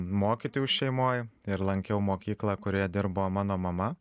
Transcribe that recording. mokytojų šeimoj ir lankiau mokyklą kurioje dirba mano mama